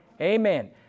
Amen